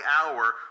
hour